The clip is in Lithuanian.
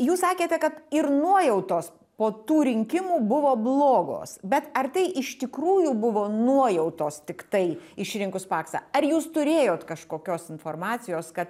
jūs sakėte kad ir nuojautos po tų rinkimų buvo blogos bet ar tai iš tikrųjų buvo nuojautos tiktai išrinkus paksą ar jūs turėjot kažkokios informacijos kad